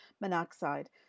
monoxide